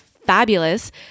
Fabulous